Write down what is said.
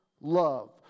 love